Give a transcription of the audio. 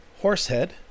Horsehead